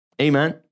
Amen